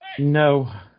No